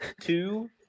Two